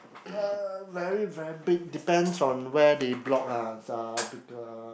uh very very big depends on where they block ah bigger